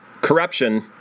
corruption